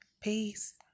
Peace